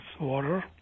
water